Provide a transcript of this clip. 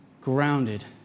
grounded